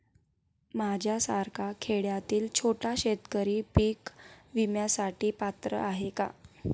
माझ्यासारखा खेड्यातील छोटा शेतकरी पीक विम्यासाठी पात्र आहे का?